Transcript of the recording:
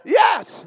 yes